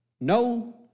no